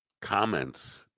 comments